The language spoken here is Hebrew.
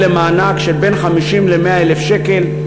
למענק של בין 50,000 שקל ל-100,000 שקל.